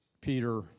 Peter